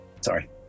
sorry